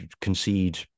concede